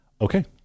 Okay